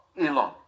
Elon